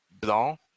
Blanc